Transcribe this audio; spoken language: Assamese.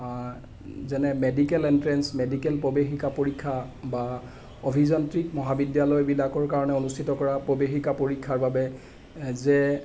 যেনে মেডিকেল এন্ট্ৰেঞ্চ মেডিকেল প্ৰৱেশিকা পৰীক্ষা বা অভিযান্ত্ৰিক মহাবিদ্যালয়বিলাকৰ কাৰণে অনুস্থিত কৰা প্ৰৱেশিকা পৰীক্ষাৰ বাবে জে